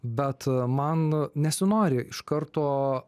bet man nesinori iš karto